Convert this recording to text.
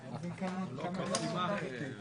אנחנו, יושב-ראש הכנסת ואני יחד עם מזכירת הכנסת,